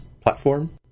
Platform